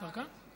השר כאן?